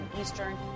Eastern